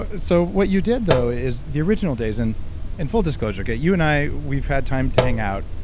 but so, what you did though is, the original days, and and full disclosure, okay? you and i, we've had time to hangout,